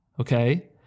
okay